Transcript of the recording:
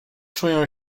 czują